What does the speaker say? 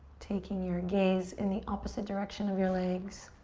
taking your gaze in the opposite direction of your legs.